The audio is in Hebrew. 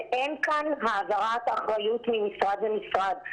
ואין כאן העברת אחריות ממשרד למשרד.